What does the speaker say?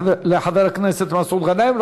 לחבר הכנסת מסעוד גנאים.